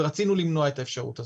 ורצינו למנוע את האפשרות הזאת,